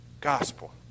gospel